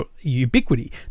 ubiquity